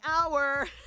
hour